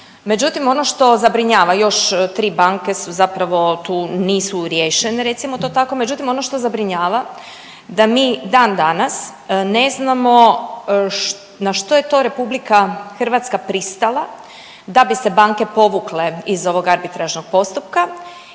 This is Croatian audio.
Međutim, ono što zabrinjava još 3 banke su zapravo tu nisu riješene recimo to tako, međutim ono što zabrinjava da mi dan danas ne znamo na što je to RH pristala da bi se banke povukle iz ovog arbitražnog postupka.